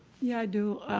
yeah, i do